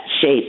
shape